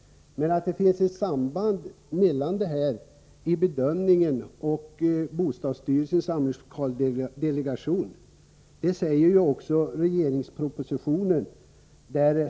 Det framgår av propositionen att det finns ett samband härvidlag.